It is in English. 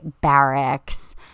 barracks